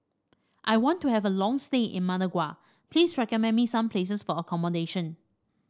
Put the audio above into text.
I want to have a long stay in Managua please recommend me some places for accommodation